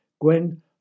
Gwen